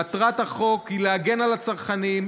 מטרת החוק היא להגן על הצרכנים,